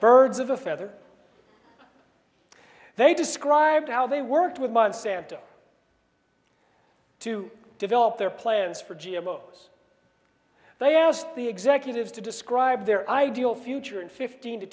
birds of a feather they described how they worked with monsanto to develop their plans for g m o's they asked the executives to describe their ideal future in fifteen to